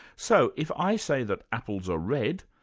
so if i say that apples are red,